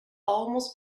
almost